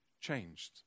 changed